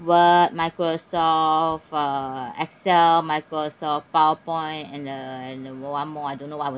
Word Microsoft uh Excel Microsoft PowerPoint and uh and uh one more I don't know what was